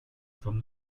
from